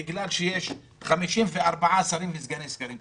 בגלל שיש 54 שרים וסגני שרים,